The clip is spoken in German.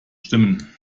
stimmen